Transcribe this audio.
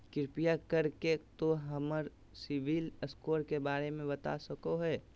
कृपया कर के तों हमर सिबिल स्कोर के बारे में बता सकलो हें?